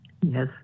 Yes